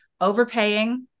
overpaying